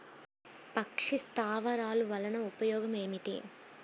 పక్షి స్థావరాలు వలన ఉపయోగం ఏమిటి?